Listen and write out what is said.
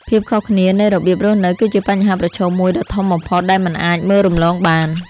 ភាពខុសគ្នានៃរបៀបរស់នៅគឺជាបញ្ហាប្រឈមមួយដ៏ធំបំផុតដែលមិនអាចមើលរំលងបាន។